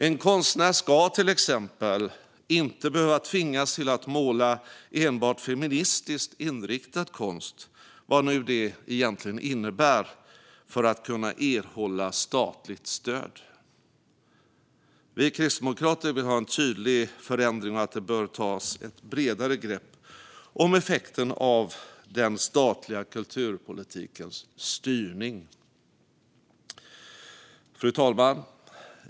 En konstnär ska till exempel inte behöva tvingas till att måla enbart feministiskt inriktad konst, vad nu det egentligen innebär, för att kunna erhålla statligt stöd. Vi kristdemokrater vill ha en tydlig förändring, och det bör tas ett bredare grepp om effekten av den statliga kulturpolitikens styrning. Fru talman!